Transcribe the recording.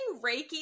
Reiki